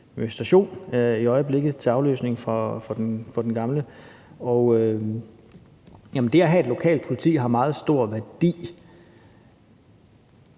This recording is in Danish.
politistation i øjeblikket til afløsning for den gamle. Men det at have et lokalt politi har meget stor værdi.